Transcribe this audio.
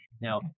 now